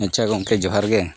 ᱟᱪᱪᱷᱟ ᱜᱚᱢᱠᱮ ᱡᱚᱦᱟᱨ ᱜᱮ